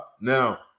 Now